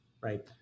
right